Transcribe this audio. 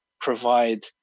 provide